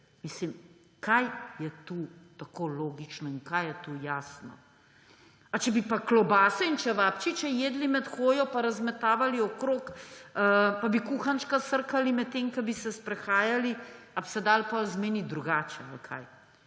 Mislim, kaj je tu tako logično in kaj je tu jasno? A če bi pa klobase in čevapčiče jedli med hojo in razmetavali okrog, pa bi kuhančka srkali, medtem ko bi se sprehajali, ali bi se dalo potem zmeniti drugače – ali kaj?